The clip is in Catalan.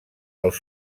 els